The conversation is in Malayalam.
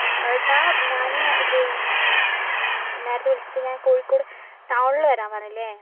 ആ ഏട്ടാ ഞാൻ പിന്നെ നേരത്തെ വിളിച്ചിട്ട് ഞാൻ കോഴിക്കോട് ടൗണിൽ വരാൻ പറഞ്ഞില്ലേ